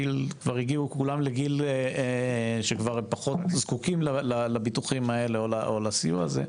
כבר הגיעו כולם לגיל שכבר פחות זקוקים לביטוחים האלו או לסיוע הזה,